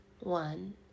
One